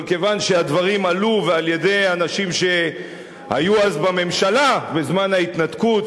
אבל כיוון שהדברים עלו ועל-ידי אנשים שהיו אז בממשלה בזמן ההתנתקות,